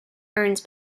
earns